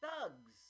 thugs